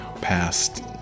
past